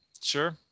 sure